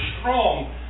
strong